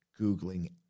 Googling